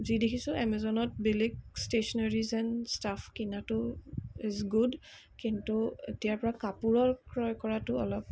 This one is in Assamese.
যি দেখিছোঁ এমেজনত বেলেগ ষ্টেচনেৰিজ এণ্ড ষ্টাফ কিনাটো ইজ গুড কিন্তু এতিয়াৰ পৰা কাপোৰৰ ক্ৰয় কৰাতো অলপ